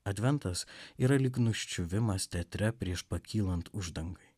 adventas yra lyg nuščiuvimas teatre prieš pakylant uždangai